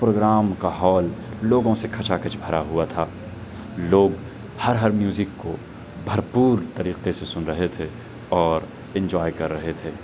programme کا hall لوگوں سے کھچا کھچ بھرا ہوا تھا لوگ ہر ہر میوزک کو بھرپور طریقے سے سن رہے تھے اور انجوائے کر رہے تھے